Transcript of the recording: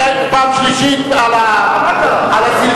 פעם שלישית על הזלזול.